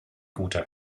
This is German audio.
guter